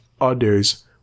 others